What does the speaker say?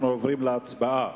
אנחנו עוברים להצבעה.